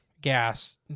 gas